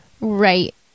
Right